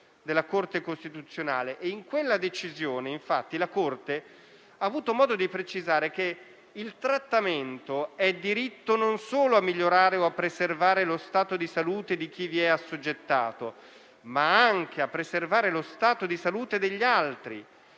della Corte Costituzionale. In quella decisione, infatti, la Corte ha avuto modo di precisare che «il trattamento è diretto non solo a migliorare o a preservare lo stato di salute di chi vi è assoggettato, ma anche a preservare lo stato di salute degli altri»